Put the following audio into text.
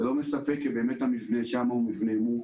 זה לא מספק כי באמת המבנה שם מורכב,